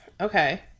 Okay